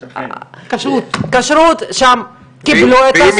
הכשרות שם קיבלו את הסחורה --- ואם